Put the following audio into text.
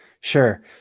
Sure